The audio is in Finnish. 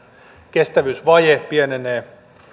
kestävyysvaje pienenee